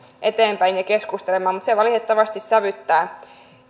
eteenpäin ja keskustelemaan mutta se valitettavasti sävyttää